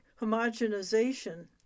homogenization